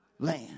land